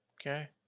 Okay